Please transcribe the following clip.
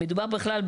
מדובר בכלל,